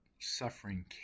suffering